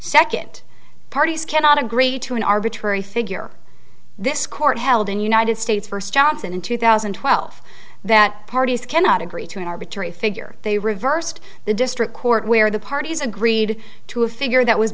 second parties cannot agree to an arbitrary figure this court held in united states versus johnson in two thousand and twelve that parties cannot agree to an arbitrary figure they reversed the district court where the parties agreed to a figure that was